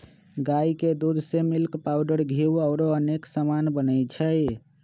गाई के दूध से मिल्क पाउडर घीउ औरो अनेक समान बनै छइ